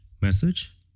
message